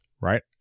right